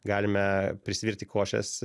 galime prisivirti košės